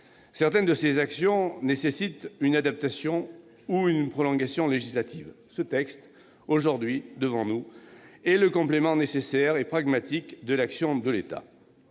Certaines de ces actions nécessitent une adaptation ou un prolongement législatif. Le présent texte est le complément nécessaire et pragmatique de l'action de l'État.